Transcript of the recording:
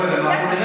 וזה פסול.